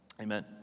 Amen